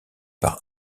par